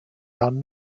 are